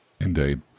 Indeed